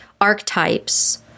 archetypes